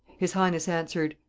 his highness answered,